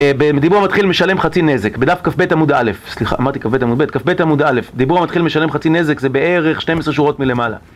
בדיבור המתחיל משלם חצי נזק, בדף כ"ב עמוד א', סליחה, אמרתי כ"ב עמוד ב'? כ"ב עמוד א', דיבור המתחיל משלם חצי נזק זה בערך 12 שורות מלמעלה.